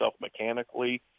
mechanically